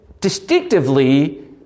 distinctively